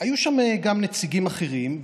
היו שם גם נציגים אחרים,